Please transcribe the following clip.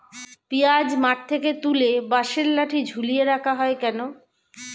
পিঁয়াজ মাঠ থেকে তুলে বাঁশের লাঠি ঝুলিয়ে রাখা হয় কেন?